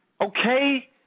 Okay